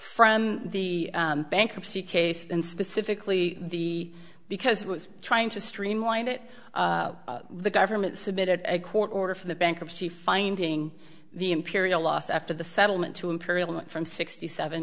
from the bankruptcy case and specifically the because it was trying to streamline it the government submitted a court order for the bankruptcy finding the imperial loss after the settlement to imperial from sixty seven